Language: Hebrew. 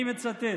אני מצטט: